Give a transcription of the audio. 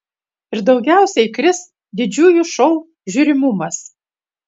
ir daugiausiai kris didžiųjų šou žiūrimumas